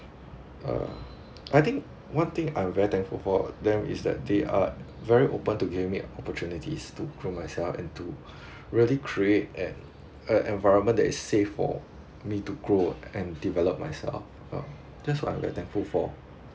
uh I think one thing I'm very thankful for them is that they are very open to give me opportunities to grow myself and to really create an a environment that is safe for me to grow and develop myself uh that's what I'm very thankful for